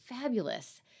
fabulous